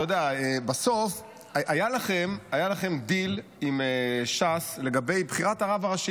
הרי בסוף היה לכם דיל עם ש"ס לגבי בחירת הרב הראשי: